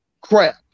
crap